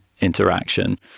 interaction